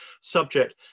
subject